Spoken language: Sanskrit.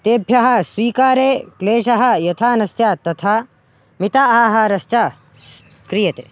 तेभ्यः स्वीकारे क्लेशः यथा न स्यात् तथा मिताहारश्च क्रियते